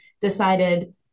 decided